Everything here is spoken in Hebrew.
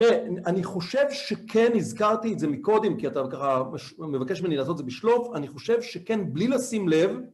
ראה, אני חושב שכן הזכרתי את זה מקודם, כי אתה ככה מבקש ממני לעשות את זה בשלוף, אני חושב שכן, בלי לשים לב...